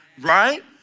right